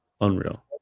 Unreal